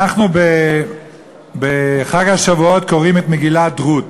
אנחנו, בחג השבועות, קוראים את מגילת רות.